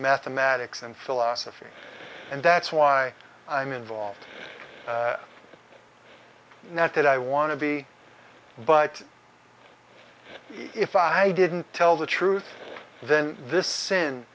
mathematics and philosophic and that's why i'm involved not that i want to be but if i didn't tell the truth then this sin